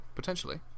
Potentially